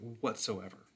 whatsoever